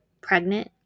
pregnant